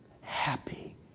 happy